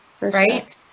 right